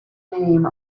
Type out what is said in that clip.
name